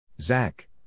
Zach